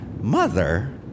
Mother